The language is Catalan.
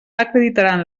acreditaran